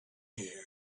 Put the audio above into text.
here